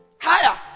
Higher